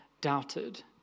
doubted